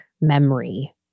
memory